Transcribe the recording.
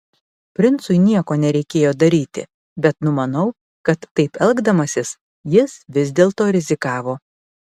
princui nieko nereikėjo daryti bet numanau kad taip elgdamasis jis vis dėlto rizikavo